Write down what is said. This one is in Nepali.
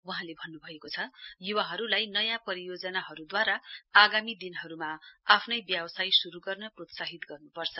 वहाँले भन्नुभएको छ युवाहरुलाई नयाँ परियोजनाहरुद्वारा आगामी दिनहरुमा आफ्नै व्यावसाय शुरु गर्न प्रोत्साहित गर्नुपर्छ